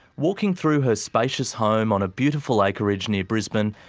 walking through her spacious home on a beautiful acreage near brisbane,